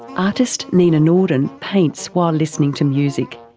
artist nina norden paints while listening to music,